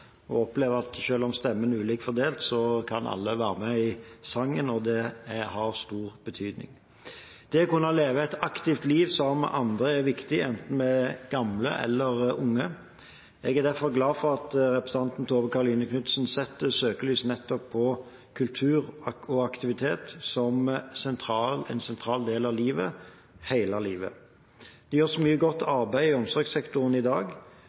at selv om stemmene er ulikt fordelt, kan alle være med i sangen – og det har stor betydning. Det å kunne leve et aktivt liv sammen med andre er viktig enten vi er gamle eller unge. Jeg er derfor glad for at representanten Tove Karoline Knutsen setter søkelyset nettopp på kultur og aktivitet som en sentral del av livet – hele livet. Det gjøres mye godt arbeid i omsorgssektoren i dag.